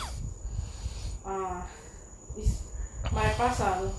ah is my parcel